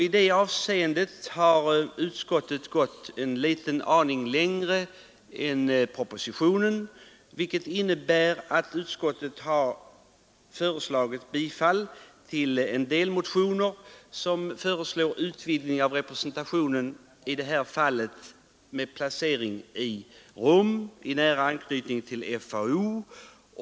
I det avseendet har utskottet gått en liten aning längre än propositionen, vilket innebär att utskottet har tillstyrkt en del motioner, som föreslår utvidgning av representationen med en lantbruksattaché med placering i Rom i nära anknytning till FAO.